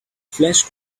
flash